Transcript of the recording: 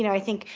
you know i think,